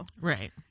Right